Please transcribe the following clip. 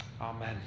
Amen